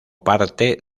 parte